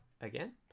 again